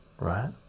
right